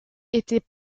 était